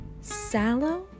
Sallow